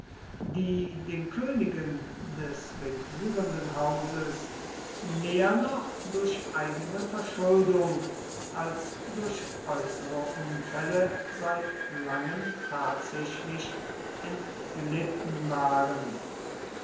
die den königen des regierenden hauses mehr noch durch eigene verschuldung als durch äußere unfälle seit langem tatsächlich entglitten waren